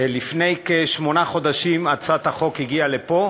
לפני כשמונה חודשים הצעת החוק הגיעה לפה,